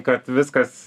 kad viskas